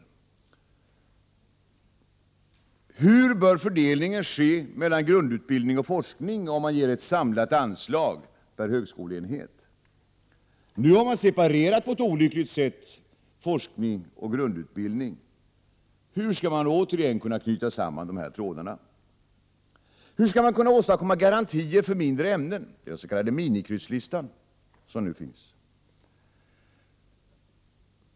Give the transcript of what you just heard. Vidare: Hur bör fördelningen ske mellan grundutbildning och forskning, om man ger ett samlat anslag per högskoleenhet? Nu har man på ett olyckligt sätt separerat forskning och grundutbildning. Hur skall man återigen kunna knyta samman de här trådarna? Hur skall man kunna åstadkomma garantier för mindre ämnen? Det gäller den s.k. minikrysslistan som nu finns.